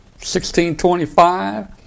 1625